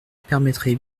permettrait